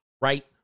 right